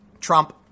Trump